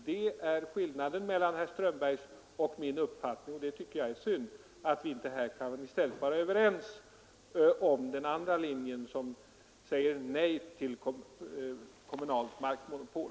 Det är skillnaden mellan min och herr Strömbergs uppfattning. Jag tycker det är synd att vi inte kan vara överens om den andra linjen som säger nej till kommunalt markmonopol.